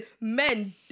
men